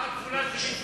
היתה הצבעה כפולה, שמעתי.